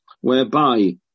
whereby